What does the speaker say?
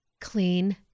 clean